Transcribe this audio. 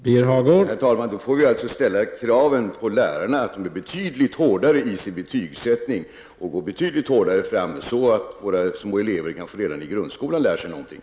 Herr talman! Då får vi alltså ställa krav på lärarna att de är betydligt hårdare i sin betygsättning, så att våra små elever kanske redan i grundskolan lär sig någonting.